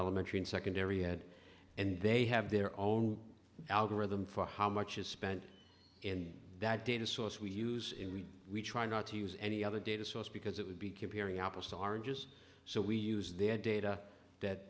elementary and secondary ed and they have their own algorithm for how much is spent in that data source we use in which we try not to use any other data source because it would be comparing apples to oranges so we use their data